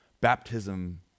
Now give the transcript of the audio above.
baptism